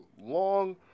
long